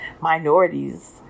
minorities